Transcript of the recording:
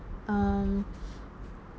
um